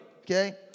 Okay